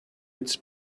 its